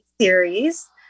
series